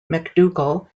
macdougall